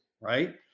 right